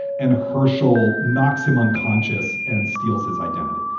and hershel knocks him unconscious and steals his identity.